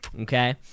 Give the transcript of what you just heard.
Okay